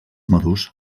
madurs